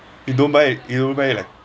you don't buy it you don't buy it like